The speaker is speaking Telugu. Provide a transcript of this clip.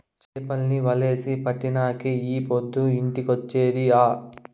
చేపల్ని వలేసి పట్టినంకే ఈ పొద్దు ఇంటికొచ్చేది ఆ